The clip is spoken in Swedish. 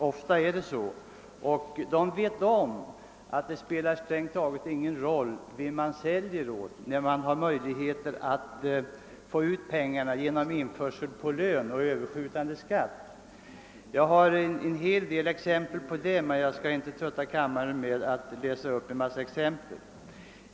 De vet att det strängt taget inte spelar någon roll vem man säljer åt när man har möjlighet att få ut pengarna genom införsel i lön eller överskjutande skatt. Jag har en hel del exempel på det, men jag skall inte trötta kammaren med att läsa upp dem.